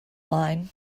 line